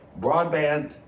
broadband